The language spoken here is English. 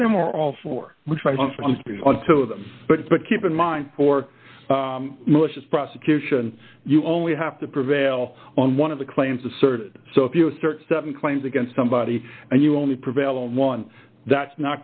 them are all for which i speak on two of them but keep in mind for malicious prosecution you only have to prevail on one of the claims asserted so if you assert seven claims against somebody and you only prevail on one that's not